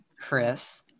Chris